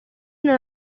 non